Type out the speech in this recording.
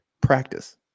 practice